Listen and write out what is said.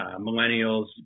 millennials